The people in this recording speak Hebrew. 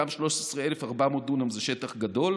גם 13,400 דונם זה שטח גדול,